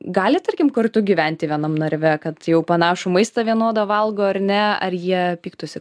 gali tarkim kartu gyventi vienam narve kad jau panašų maistą vienodą valgo ar ne ar jie pyktųsi